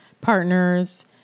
partners